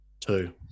Two